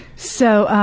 so